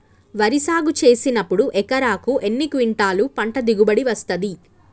వరి సాగు చేసినప్పుడు ఎకరాకు ఎన్ని క్వింటాలు పంట దిగుబడి వస్తది?